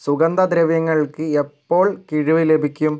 സുഗന്ധ ദ്രവ്യങ്ങൾക്ക് എപ്പോൾ കിഴിവ് ലഭിക്കും